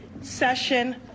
session